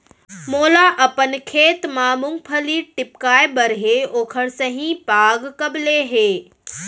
मोला अपन खेत म मूंगफली टिपकाय बर हे ओखर सही पाग कब ले हे?